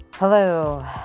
Hello